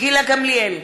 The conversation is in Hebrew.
גילה גמליאל,